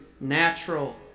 natural